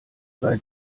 sei